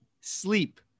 Sleep